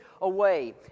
away